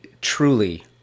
truly